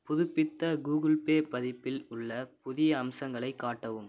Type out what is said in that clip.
புதுப்பித்த Google Pay பதிப்பில் உள்ள புதிய அம்சங்களை காட்டவும்